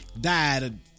died